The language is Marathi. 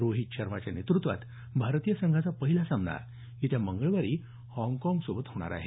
रोहित शर्माच्या नेतृत्वात भारतीय संघाचा पहिला सामना येत्या मंगळवारी हाँगकाँगसोबत होणार आहे